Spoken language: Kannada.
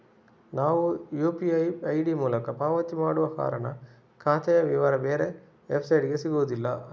ನಾವು ಯು.ಪಿ.ಐ ಐಡಿ ಮೂಲಕ ಪಾವತಿ ಮಾಡುವ ಕಾರಣ ಖಾತೆಯ ವಿವರ ಬೇರೆ ವೆಬ್ಸೈಟಿಗೆ ಸಿಗುದಿಲ್ಲ